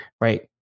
right